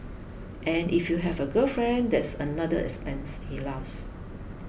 and if you have a girlfriend that's another expense he laughs